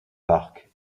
parc